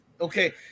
okay